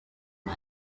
men